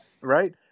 Right